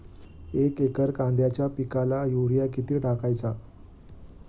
एक एकर कांद्याच्या पिकाला युरिया किती टाकायचा?